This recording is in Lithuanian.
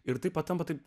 ir tai patampa taip